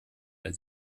der